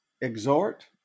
Exhort